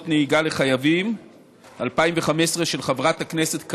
רבותיי חברי הכנסת,